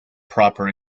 proper